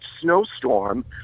snowstorm